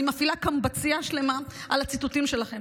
אני מפעילה קמב"צייה שלמה על הציטוטים שלכם.